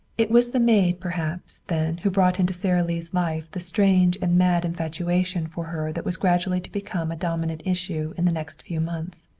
it was the maid, perhaps, then who brought into sara lee's life the strange and mad infatuation for her that was gradually to become a dominant issue in the next few months.